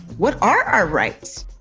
what are our rights?